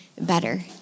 better